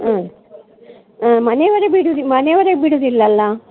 ಹಾಂ ಹಾಂ ಮನೆವರೆಗೆ ಬಿಡ್ರಿ ಮನೆವರೆಗೆ ಬಿಡುವುದಿಲ್ಲಲ್ಲ